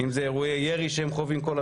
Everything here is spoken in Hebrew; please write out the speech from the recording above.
אם זה אירועי ירי שהם חווים כל הזמן,